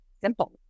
simple